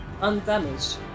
undamaged